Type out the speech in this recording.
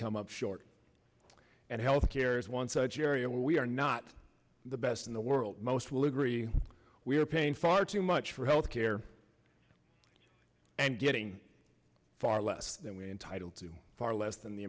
come up short and health care is one such area where we are not the best in the world most literary we are paying far too much for health care and getting far less than we entitled to far less than the